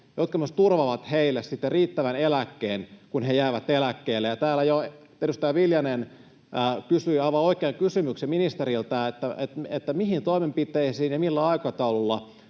jotka myös turvaavat heille riittävän eläkkeen sitten, kun he jäävät eläkkeelle. Täällä jo edustaja Viljanen kysyi ministeriltä aivan oikean kysymyksen: mihin toimenpiteisiin ja millä aikataululla